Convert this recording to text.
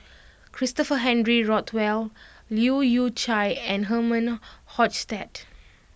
Christopher Henry Rothwell Leu Yew Chye and Herman Hochstadt